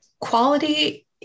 quality